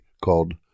called